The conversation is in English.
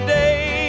day